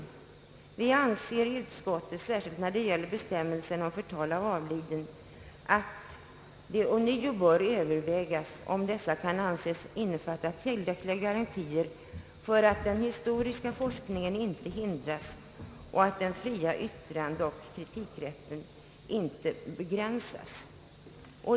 Vi anser särskilt att det när det gäller bestämmelser om förtal av avliden ånyo bör övervägas om dessa kan anses vara tillräckliga garantier för att den historiska forskningen inte hindras och att den fria yttrandeoch kritikrätten inte begränsas.